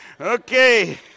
Okay